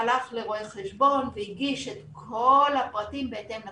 שהלך לרואה חשבון והגיש את כל הפרטים בהתאם לתקנות,